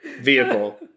Vehicle